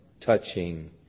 touching